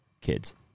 kids